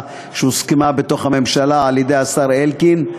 שהוסכמה בתוך הממשלה על-ידי השר אלקין.